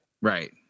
right